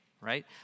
right